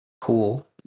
cool